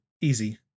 easy